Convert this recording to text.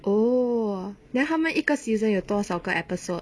oh then 他们一个 season 有多少个 episode